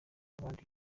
abandi